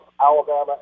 Alabama